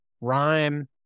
rhyme